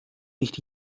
nicht